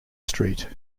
street